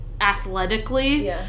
athletically